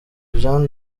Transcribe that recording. jean